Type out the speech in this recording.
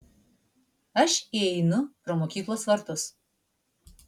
aš įeinu pro mokyklos vartus